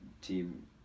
team